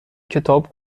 کتاب